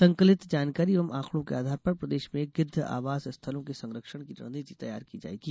संकलित जानकारी एवं आंकड़ों के आधार पर प्रदेश में गिद्व आवास स्थलों के संरक्षण की रणनीति तैयार की जायेगी